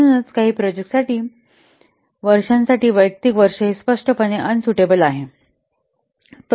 म्हणूनच काही प्रोजेक्ट साठी वर्षांसाठी वैयक्तिक वर्ष हे स्पष्टपणे अनसुटेबल आहे